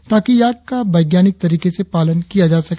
ताकि याक का वैज्ञानिक तरीके से पालन किया जा सके